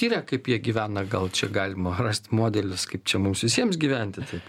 tiria kaip jie gyvena gal čia galima rasti modelius kaip čia mums visiems gyventi taip